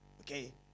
Okay